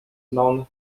known